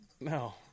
No